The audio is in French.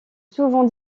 souvent